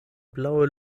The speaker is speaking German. blaue